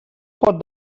pot